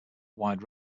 wide